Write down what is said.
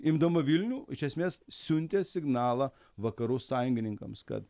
imdama vilnių iš esmės siuntė signalą vakarų sąjungininkams kad